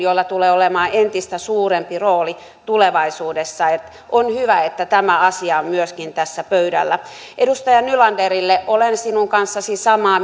kanssa ja joilla tulee olemaan entistä suurempi rooli tulevaisuudessa että on hyvä että myöskin tämä asia on tässä pöydällä edustaja nylanderille olen sinun kanssasi samaa